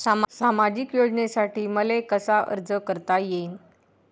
सामाजिक योजनेसाठी मले कसा अर्ज करता येईन?